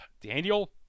Daniel